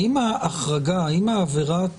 האם החרגה, האם עבירת